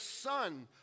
son